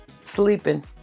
sleeping